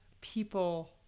people